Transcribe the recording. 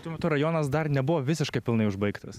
tuo metu rajonas dar nebuvo visiškai pilnai užbaigtas